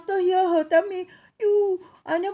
after hear her tell me you I never